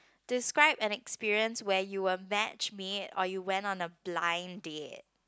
describe an experience where you were match made or you went on a blind date